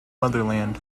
motherland